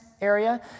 area